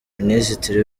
minisitiri